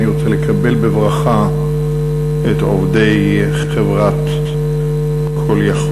אני רוצה לקבל בברכה את עובדי חברת "call יכול".